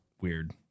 weird